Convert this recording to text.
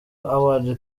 award